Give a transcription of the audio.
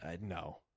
no